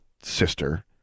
sister